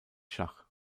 schach